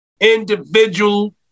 individual